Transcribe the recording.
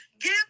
give